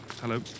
hello